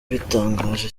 bitangaje